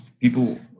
People